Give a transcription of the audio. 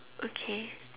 okay